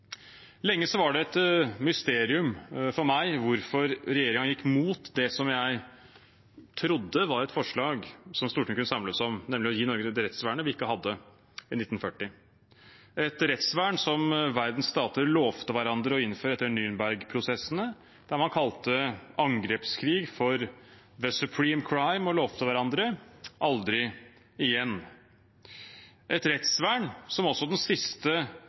Lenge var det et mysterium for meg hvorfor regjeringen gikk imot det jeg trodde var et forslag som Stortinget kunne samles om, nemlig å gi Norge det rettsvernet vi ikke hadde i 1940, et rettsvern som verdens stater lovte hverandre å innføre etter Nürnbergprosessen, der man kalte angrepskrig for «the supreme crime», og lovte hverandre aldri igjen, et rettsvern som også den siste